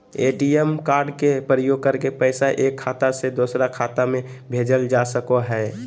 ATM card के प्रयोग करके पैसा एक खाता से दोसर खाता में भेजल जा सको हय